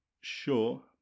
Sure